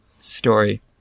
story